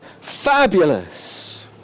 fabulous